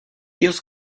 feels